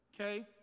Okay